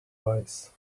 wise